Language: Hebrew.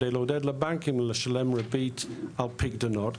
כדי לעודד את הבנקים לשלם ריבית על פיקדונות,